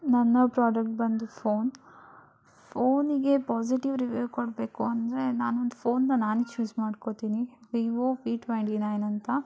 ನನ್ನ ಪ್ರಾಡಕ್ಟ್ ಬಂದು ಫೋನ್ ಫೋನಿಗೆ ಪಾಸಿಟಿವ್ ರಿವ್ಯೂ ಕೊಡಬೇಕು ಅಂದರೆ ನಾನೊಂದು ಫೋನನ್ನ ನಾನು ಚೂಸ್ ಮಾಡ್ಕೋತೀನಿ ವಿವೊ ವಿ ಟ್ವೆಂಟಿ ನೈನ್ ಅಂತ